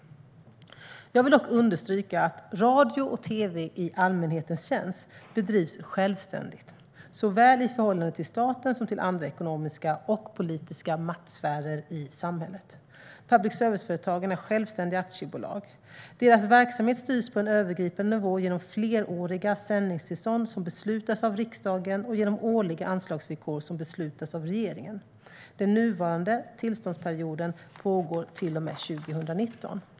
Jag vill dock understryka att radio och tv i allmänhetens tjänst bedrivs självständigt såväl i förhållande till staten som i förhållande till andra ekonomiska och politiska maktsfärer i samhället. Public service-företagen är självständiga aktiebolag. Deras verksamhet styrs på en övergripande nivå genom fleråriga sändningstillstånd som beslutas av riksdagen och genom årliga anslagsvillkor som beslutas av regeringen. Den nuvarande tillståndsperioden pågår till och med 2019.